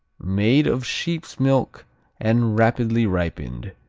made of sheep's milk and rapidly ripened,